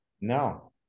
No